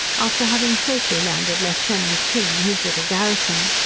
after having safely landed lieutenant king and his little garrison.